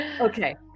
Okay